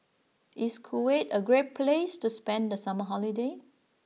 is Kuwait a great place to spend the summer holiday